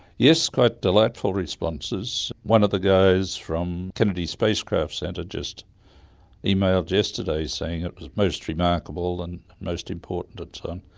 yes, quite delightful response. one of the guys from kennedy spacecraft centre just emailed yesterday saying it was most remarkable and most important and so on.